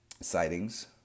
sightings